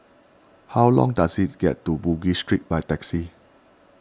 how long does it get to Bugis Street by taxi